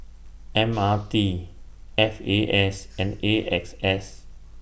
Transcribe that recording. M R T F A S and A X S